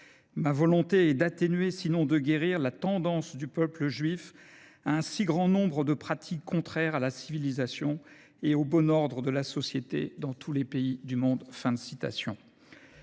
ma volonté est « d’atténuer, sinon de guérir la tendance du peuple juif à un si grand nombre de pratiques contraire à la civilisation et au bon ordre de la société dans tous les pays du monde ».